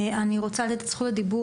מיכל, תודה רבה על הדברים.